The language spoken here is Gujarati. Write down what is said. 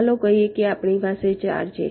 ચાલો કહીએ કે આપણી પાસે 4 છે